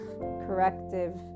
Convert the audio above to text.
corrective